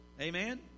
Amen